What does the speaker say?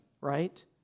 right